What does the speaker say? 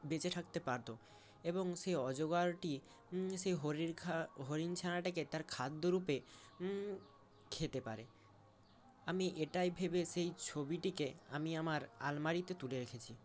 বেঁচে থাকতে পারত এবং সেই অজগরটি সেই হরিণ হরিণ ছানাটাকে তার খাদ্যরূপে খেতে পারে আমি এটাই ভেবে সেই ছবিটিকে আমি আমার আলমারিতে তুলে রেখেছি